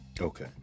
okay